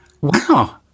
wow